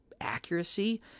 accuracy